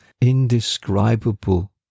indescribable